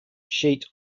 sheet